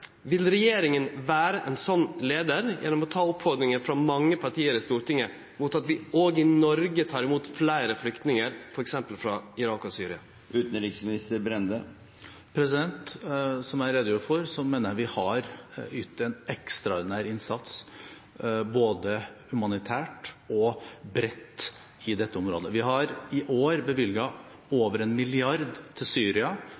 Vil regjeringa vere ein slik leiar gjennom å ta oppfordringa frå mange parti i Stortinget om at vi òg i Noreg tek imot fleire flyktningar, f.eks. frå Irak og Syria? Som jeg redegjorde for, mener jeg at vi har ytt en ekstraordinær innsats både humanitært og bredt i dette området. Vi har i år bevilget over 1 milliard kr til Syria,